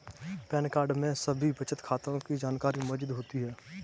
pan card में सभी बचत खातों की जानकारी मौजूद होती है